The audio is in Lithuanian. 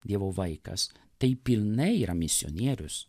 dievo vaikas tai pilnai yra misionierius